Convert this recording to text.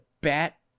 bat